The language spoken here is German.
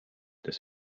das